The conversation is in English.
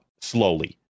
slowly